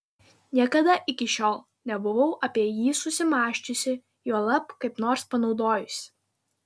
niekada iki šiol nebuvau apie jį susimąsčiusi juolab kaip nors panaudojusi